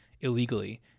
illegally